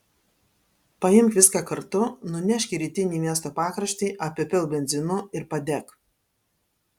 paimk viską kartu nunešk į rytinį miesto pakraštį apipilk benzinu ir padek